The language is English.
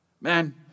Man